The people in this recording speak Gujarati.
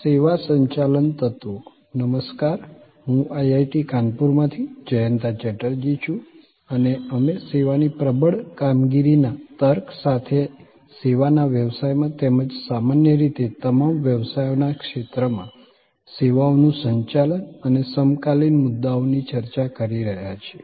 સેવા સંચાલન તત્વો નમસ્કાર હું IIT કાનપુરમાંથી જયંતા ચેટર્જી છું અને અમે સેવાની પ્રબળ કામગીરીના તર્ક સાથે સેવાના વ્યવસાયમાં તેમજ સામાન્ય રીતે તમામ વ્યવસાયોના ક્ષેત્રમાં સેવાઓનું સંચાલન અને સમકાલીન મુદ્દાઓની ચર્ચા કરી રહ્યા છીએ